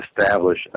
establish